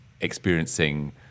experiencing